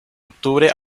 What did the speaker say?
octubre